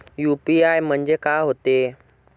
UPI म्हणजे का होते?